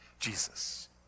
Jesus